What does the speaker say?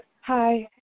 Hi